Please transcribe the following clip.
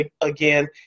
again